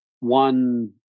One